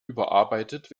überarbeitet